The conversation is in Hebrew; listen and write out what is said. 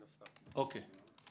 תודה.